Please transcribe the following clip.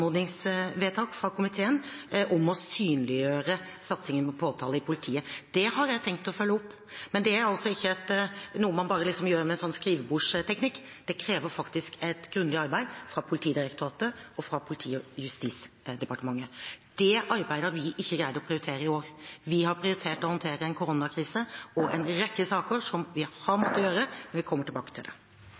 fra komiteen om å synliggjøre satsingen på påtale i politiet. Det har jeg tenkt å følge opp, men det er ikke noe man bare liksom gjør med en skrivebordsteknikk. Det krever faktisk et grundig arbeid av Politidirektoratet og Justisdepartementet. Det arbeidet har vi ikke greid å prioritere i år. Vi har prioritert å håndtere en koronakrise og en rekke saker som vi har måttet gjøre, men vi kommer tilbake til det.